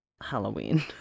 Halloween